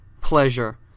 pleasure